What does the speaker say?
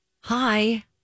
Hi